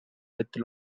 with